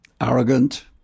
arrogant